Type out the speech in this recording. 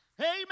Amen